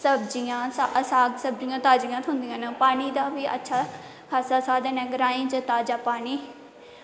सब्ज़ियां उत्थै साग सब्ज़ियां ताज़ा थ्होंदियां न पानी दा बी अच्छा साधन ऐ ग्राएं च ताज़ा पानी